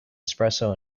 espresso